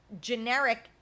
generic